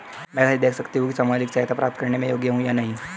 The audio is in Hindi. मैं कैसे देख सकती हूँ कि मैं सामाजिक सहायता प्राप्त करने के योग्य हूँ या नहीं?